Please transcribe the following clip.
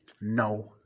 No